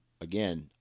again